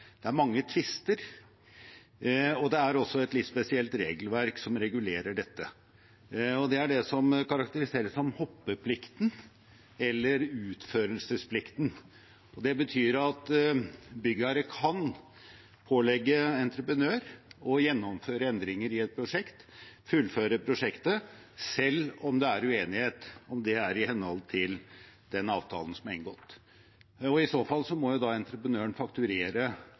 det er mange tvister. Det er også et litt spesielt regelverk som regulerer dette. Det er det som karakteriseres som hoppeplikten eller utførelsesplikten. Det betyr at byggherre kan pålegge entreprenør å gjennomføre endringer i et prosjekt, fullføre prosjektet, selv om det er uenighet om det er i henhold til den avtalen som er inngått. I så fall må entreprenøren fakturere